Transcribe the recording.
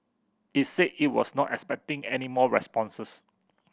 it said it was not expecting any more responses